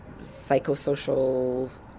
psychosocial